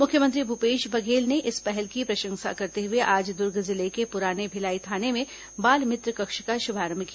मुख्यमंत्री भूपेश बघेल ने इस पहल की प्रशंसा करते हुए आज दुर्ग जिले के पुराने भिलाई थाने में बाल मित्र कक्ष का शुभारंभ किया